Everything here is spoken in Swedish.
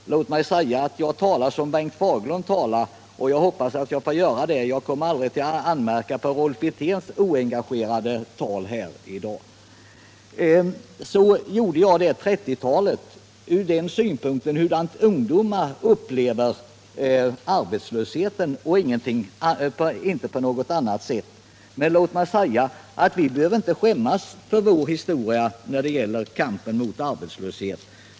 Jag vill säga att jag talar som Bengt Fagerlund talar, och jag hoppas att jag får göra det. Jag kommer aldrig att anmärka på Rolf Wirténs oengagerade tal här i dag. När jag nämnde 1930-talet var det ur synpunkten hur ungdomar upplever arbetslösheten och inte på något annat sätt. Men låt mig säga att vi inte behöver skämmas för vår historia när det gäller kampen mot arbetslöshet.